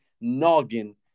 noggin